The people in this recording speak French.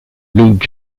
blue